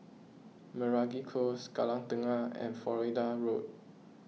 Meragi Close Kallang Tengah and Florida Road